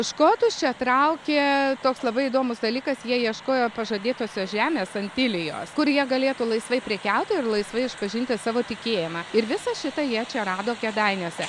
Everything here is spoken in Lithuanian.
škotus čia traukė toks labai įdomus dalykas jie ieškojo pažadėtosios žemės santilijos kur jie galėtų laisvai prekiauti ir laisvai išpažinti savo tikėjimą ir visą šitą jie čia rado kėdainiuose